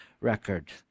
record